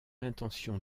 l’intention